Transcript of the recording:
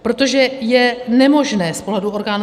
Protože je nemožné z pohledu orgánů